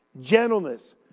gentleness